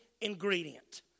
ingredient